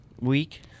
Week